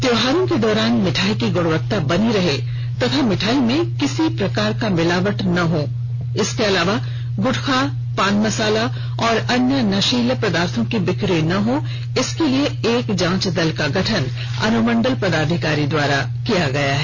त्योहारों के दौरान मिठाई की गुणवत्ता बनी रहे तथा मिठाई में किसी प्रकार का मिलावट नहीं हो तथा गुटखा पान मेसाला एवं अन्य नशीली पदार्थ की बिक्री नहीं हो इसके लिए एक जाँच दल का गठन अनुमंडल पदाधिकारी द्वारा किया गया है